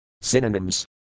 Synonyms